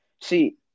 see